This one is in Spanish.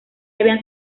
habían